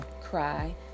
cry